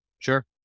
Sure